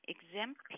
Exempt